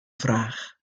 fraach